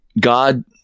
god